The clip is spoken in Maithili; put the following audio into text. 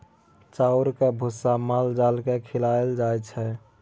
चाउरक भुस्सा माल जाल केँ खुआएल जाइ छै